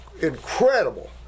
incredible